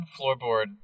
floorboard